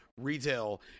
retail